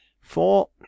For